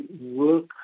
work